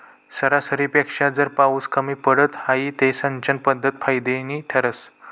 सरासरीपेक्षा जर पाउस कमी पडत व्हई ते सिंचन पध्दत फायदानी ठरस